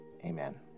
amen